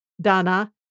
Dana